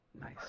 Nice